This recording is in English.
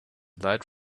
light